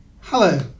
Hello